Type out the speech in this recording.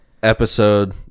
Episode